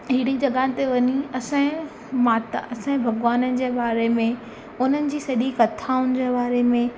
अहिड़ी जॻहियुनि ते वञी असांजे माता असांजे भॻवान जे बारे में उन्हनि जी सॼी कथाऊनि जे बारे में